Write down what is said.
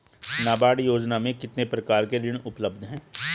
नाबार्ड योजना में कितने प्रकार के ऋण उपलब्ध हैं?